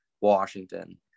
Washington